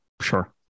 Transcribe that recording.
sure